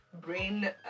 brain